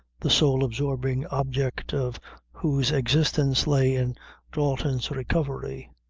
the sole absorbing object of whose existence lay in dalton's recovery.